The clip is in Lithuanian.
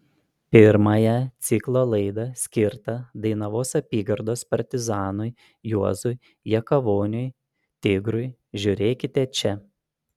pirmąją ciklo laidą skirtą dainavos apygardos partizanui juozui jakavoniui tigrui žiūrėkite čia